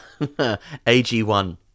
ag1